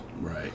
Right